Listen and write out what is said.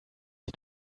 die